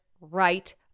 right